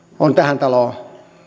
on tähän taloon